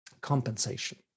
compensation